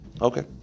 okay